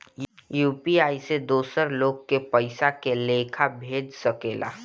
UPI से दोसर लोग के पइसा के लेखा भेज सकेला?